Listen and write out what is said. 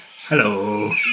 Hello